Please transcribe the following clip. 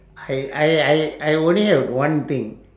I I I I only have one thing